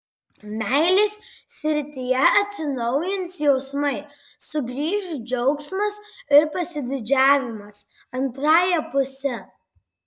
meilės srityje atsinaujins jausmai sugrįš džiaugsmas ir pasididžiavimas antrąja puse